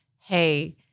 hey